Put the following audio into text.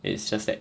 it's just that